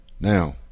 Now